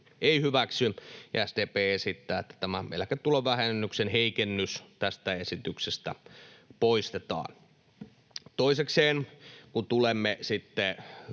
SDP esittää, että tämä eläketulovähennyksen heikennys tästä esityksestä poistetaan. Toisekseen, kun tulemme